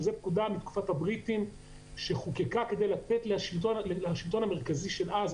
שזו פקודה מתקופת הבריטים שחוקקה כדי לתת לשלטון המרכזי של אז,